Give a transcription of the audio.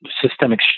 systemic